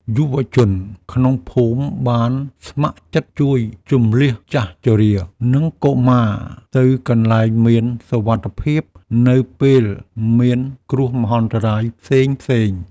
យុវជនក្នុងភូមិបានស្ម័គ្រចិត្តជួយជម្លៀសចាស់ជរា និងកុមារទៅកន្លែងមានសុវត្ថិភាពនៅពេលមានគ្រោះមហន្តរាយផ្សេងៗ។